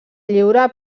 lliure